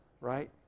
right